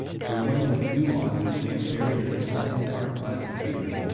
for when with due honours they had buried him also hard by the seer,